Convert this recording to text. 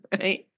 Right